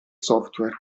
software